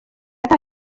nta